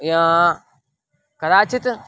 यः कदाचित्